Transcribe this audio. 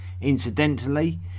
Incidentally